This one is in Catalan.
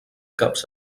caps